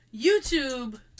YouTube